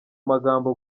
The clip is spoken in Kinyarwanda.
magambo